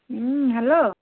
hello